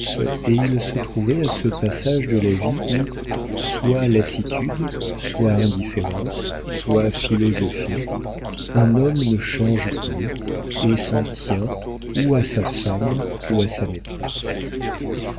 et il se trouvait à ce passage de la vie où soit lassitude soit indifférence soit philosophie un homme ne change plus et s'en tient ou à sa femme ou à sa maîtresse